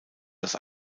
das